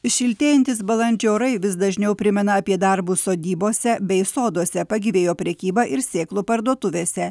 šiltėjantys balandžio orai vis dažniau primena apie darbus sodybose bei soduose pagyvėjo prekyba ir sėklų parduotuvėse